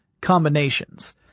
combinations